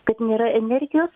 kad nėra energijos